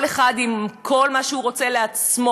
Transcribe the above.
כל אחד עם כל מה שהוא רוצה לעצמו,